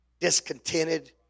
Discontented